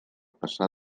passar